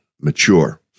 mature